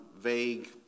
vague